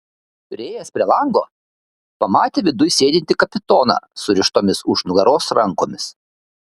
priėjęs prie lango pamatė viduj sėdintį kapitoną surištomis už nugaros rankomis